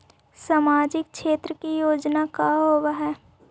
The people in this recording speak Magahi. सामाजिक क्षेत्र के योजना का होव हइ?